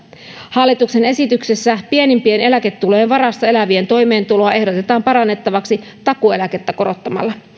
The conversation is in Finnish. hallituksen esityksessä pienimpien eläketulojen varassa elävien toimeentuloa ehdotetaan parannettavaksi takuueläkettä korottamalla